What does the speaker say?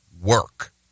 work